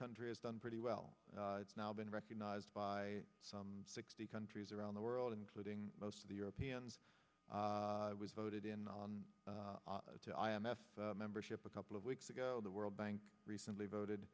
country has done pretty well it's now been recognized by some sixty countries around the world including most of the europeans was voted in to i m f membership a couple of weeks ago the world bank recently voted